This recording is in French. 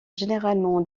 généralement